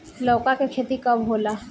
लौका के खेती कब होला?